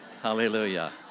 Hallelujah